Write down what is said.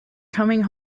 coming